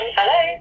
Hello